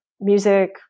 music